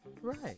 Right